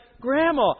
grandma